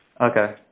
Okay